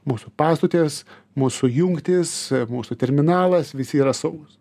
mūsų pastotės mūsų jungtys mūsų terminalas visi yra saugūs